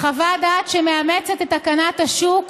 חוות דעת שמאמצת את תקנת השוק,